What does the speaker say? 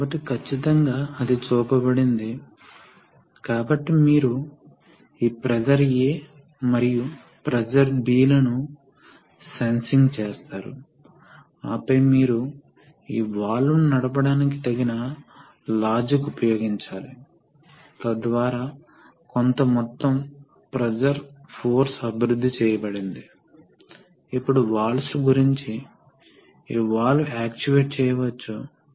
తరువాతి స్ట్రోక్లో ఇప్పుడు మనకు రెట్రాక్షన్ స్ట్రోక్ ఉంది కాబట్టి ఏమి జరుగుతుంది చూద్దాం అది చివరికి చేరుకున్నప్పుడు ఈ లిమిట్ స్విచ్ను చివరిలో ఎక్స్టెన్షన్ స్ట్రోక్ యొక్క తీవ్ర చివరలో నిర్వహిస్తుంది ఆ లిమిట్ స్విచ్ వాస్తవానికి సోలేనోయిడ్ తో అనుసంధానించబడి ఉంటుంది ఈ లిమిట్ స్విచ్ ఆన్ అవ్వగానే సోలేనోయిడ్ వెంటనే నిలిపివేయబడుతుంది